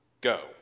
go